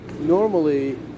normally